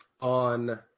on